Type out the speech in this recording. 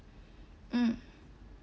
mm